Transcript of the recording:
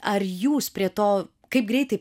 ar jūs prie to kaip greitai